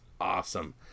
awesome